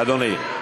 אדוני,